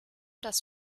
das